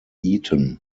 eton